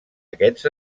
aquests